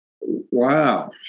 Wow